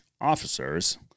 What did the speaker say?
officers